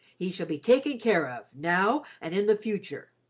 he shall be taken care of, now and in the future.